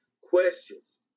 questions